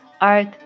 art